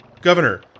Governor